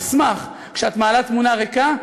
אשמח שכשאת מעלה תמונה ריקה,